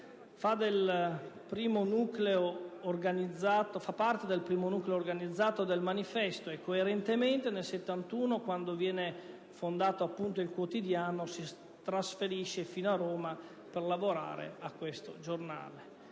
Fa parte del primo nucleo organizzato de «il manifesto» e coerentemente, nel 1971, quando viene fondato il quotidiano, si trasferisce a Roma per lavorare al giornale.